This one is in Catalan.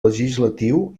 legislatiu